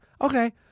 okay